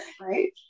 right